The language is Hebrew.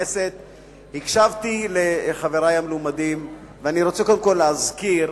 הקשבתי לחברי המלומדים ואני רוצה קודם כול להזכיר,